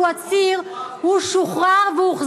אין